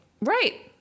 Right